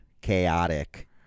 chaotic